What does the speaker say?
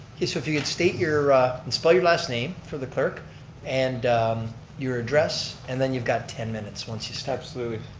if if you could state and spell your last name for the clerk and your address, and then you've got ten minutes once you start. absolutely,